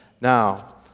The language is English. Now